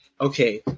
okay